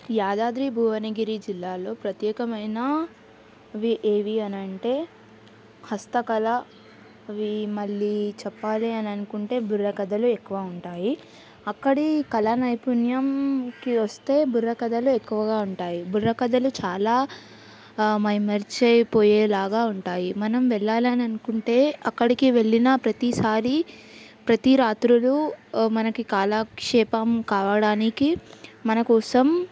యాదాద్రి భువనగిరి జిల్లాలో ప్రత్యేకమైన అవి ఏవి అని అంటే హస్తకళ అవి మళ్ళీ చెప్పాలి అని అనుకుంటే బుర్రకథలు ఎక్కువ ఉంటాయి అక్కడి కళా నైపుణ్యంకి వస్తే బుర్రకథలు ఎక్కువగా ఉంటాయి బుర్రకథలు చాలా మైమరిచిపోయేలాగా ఉంటాయి మనం వెళ్ళాలని అనుకుంటే అక్కడికి వెళ్ళిన ప్రతిసారి ప్రతి రాత్రులు మనకి కాలాక్షేపం కావడానికి మనకోసం